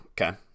okay